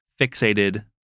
fixated